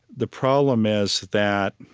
the problem is that,